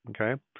okay